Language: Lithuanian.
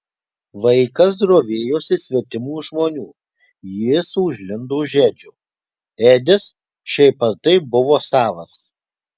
vaikas drovėjosi svetimų žmonių jis užlindo už edžio edis šiaip ar taip buvo savas